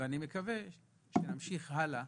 אני מקווה שנמשיך הלאה